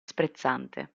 sprezzante